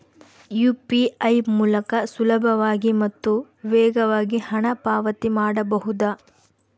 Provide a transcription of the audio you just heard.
UPI ಮೂಲಕ ಸುಲಭವಾಗಿ ಮತ್ತು ವೇಗವಾಗಿ ಹಣ ಪಾವತಿ ಮಾಡಬಹುದಾ?